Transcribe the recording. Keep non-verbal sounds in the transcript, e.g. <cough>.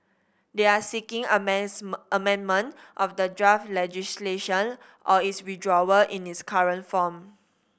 they are seeking <unintelligible> amendment of the draft legislation or its withdrawal in its current form